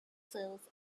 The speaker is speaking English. serves